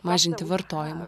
mažinti vartojimą